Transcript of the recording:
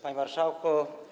Panie Marszałku!